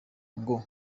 ngo